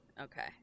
okay